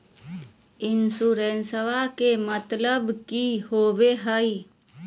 इंसोरेंसेबा के मतलब की होवे है?